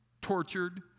tortured